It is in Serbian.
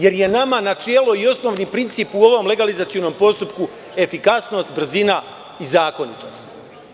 Nama je načelo i osnovni princip u ovom legalizacionom postupku efikasnost, brzina i zakonitost.